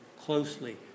closely